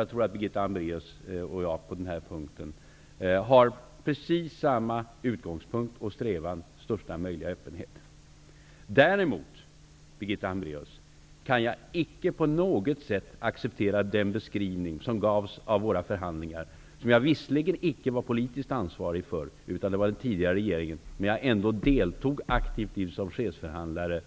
Jag tror att Birgitta Hambraeus och jag på den punkten har samma strävan, nämligen största möjliga öppenhet. Däremot, Birgitta Hambraeus, kan jag inte på något sätt acceptera den beskrivning som gjordes av våra förhandlingar. Jag var visserligen inte politiskt ansvarig för dem -- det var en tidigare regering som var det -- men jag deltog ändå aktivt i dem som chefsförhandlare,